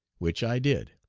which i did.